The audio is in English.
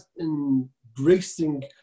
embracing